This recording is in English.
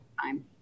time